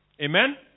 Amen